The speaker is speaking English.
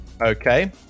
Okay